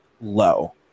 low